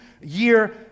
year